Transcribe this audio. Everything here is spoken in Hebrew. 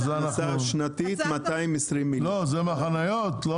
הכנסה שנתית 220,000,000. לא, זה מהחניות, לא